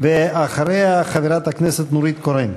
אחריה, חברת הכנסת נורית קורן.